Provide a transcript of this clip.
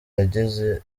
yageze